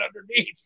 underneath